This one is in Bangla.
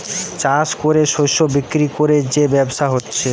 চাষ কোরে শস্য বিক্রি কোরে যে ব্যবসা হচ্ছে